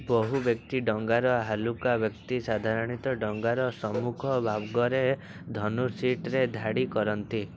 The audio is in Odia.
ବହୁ ବ୍ୟକ୍ତି ଡଙ୍ଗାର ହାଲୁକା ବ୍ୟକ୍ତି ସାଧାରଣତଃ ଡଙ୍ଗାର ସମ୍ମୁଖ ଭାଗରେ ଧନୁ ସିଟ୍ରେ ଧାଡ଼ି କରନ୍ତି